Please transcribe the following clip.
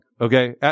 okay